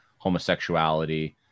homosexuality